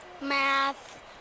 Math